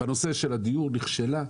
בנושא של הדיור היא נכשלה,